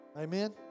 Amen